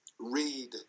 read